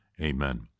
Amen